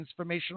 transformational